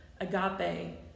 agape